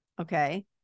okay